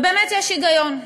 ובאמת יש היגיון,